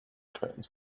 curtains